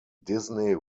disney